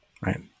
right